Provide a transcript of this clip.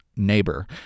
neighbor